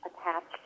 attached